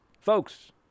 folks